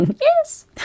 yes